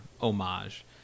homage